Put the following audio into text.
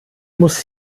muss